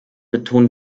betonen